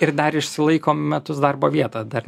ir dar išsilaiko metus darbo vietą dar